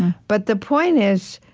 but the point is,